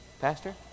Pastor